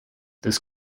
this